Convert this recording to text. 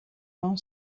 non